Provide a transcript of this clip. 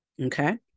Okay